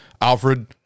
Alfred